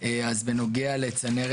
כפי שאמר היושב ראש הוא בנוגע לצנרת